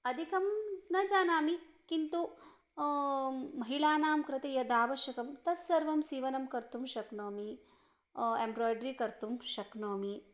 अधिकं न जानामि किन्तु महिलानां कृते यत् आवश्यकं तत्सर्वं सीवनं कर्तुं शक्नोमि एम्ब्राय्ड्री कर्तुं शक्नोमि